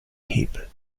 hebel